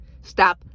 Stop